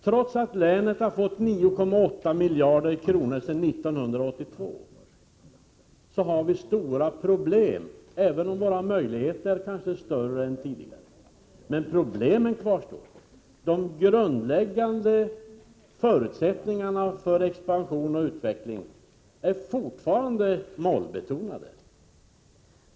Trots att länet har fått 9,8 miljarder kronor sedan 1982 har vi stora problem, även om våra möjligheter kanske är bättre nu än tidigare. Men problemen kvarstår. De grundläggande förutsättningarna för expansion och utveckling är fortfarande mollstämda.